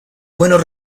buenos